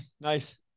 nice